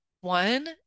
One